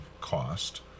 cost